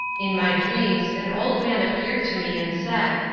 in my dreams an old man appeared to me and said,